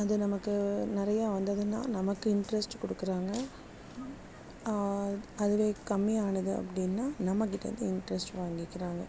அது நமக்கு நிறையா வந்ததுன்னால் நமக்கு இன்ட்ரெஸ்ட் கொடுக்குறாங்க அதுவே கம்மியானது அப்படின்னா நம்மகிட்டேயிருந்து இன்ட்ரெஸ்ட் வாங்கிக்கிறாங்க